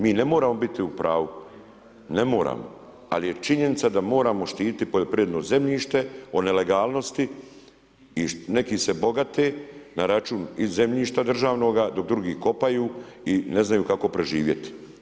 Mi ne moramo biti u pravu, ne moramo, ali je činjenica da moramo štiti poljoprivredno zemljište od nelegalnosti, i neki se bogate na račun i zemljišta državnoga dok drugi kopaju i ne znaju kako preživjeti.